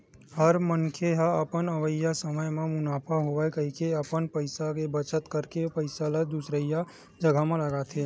हर मनखे ह अपन अवइया समे म मुनाफा होवय कहिके अपन पइसा के बचत करके ओ पइसा ल दुसरइया जघा म लगाथे